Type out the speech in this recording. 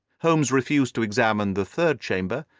holmes refused to examine the third chamber,